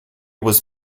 was